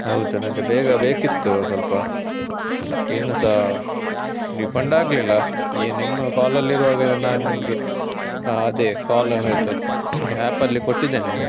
ಹೌದು ನನಗೆ ಬೇಗ ಬೇಕಿತ್ತು ಸ್ವಲ್ಪ ಇನ್ನು ಸಹ ರೀಫಂಡ್ ಆಗಲಿಲ್ಲ ಈಗ ನಿಮ್ಮ ಕಾಲಲ್ಲಿ ಇರುವಾಗಲೆ ನಾ ನಿಮಗೆ ಅದೇ ಕಾಲ್ ಹೋಯಿತು ಆ್ಯಪಲ್ಲಿ ಕೊಟ್ಟಿದ್ದೇನೆ